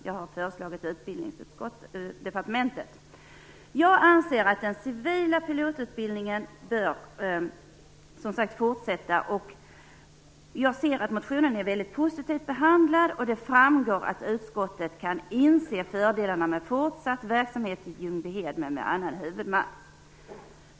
Jag har föreslagit Utbildningsdepartementet. Jag anser att den civila pilotutbildning bör fortsätta. Jag ser att motionen är mycket positivt behandlad. Det framgår att utskottet kan inse fördelarna med fortsatt verksamhet i Ljungbyhed men med annan huvudman.